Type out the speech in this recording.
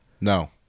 No